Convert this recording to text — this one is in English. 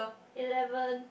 eleven